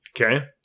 Okay